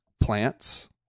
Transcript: plants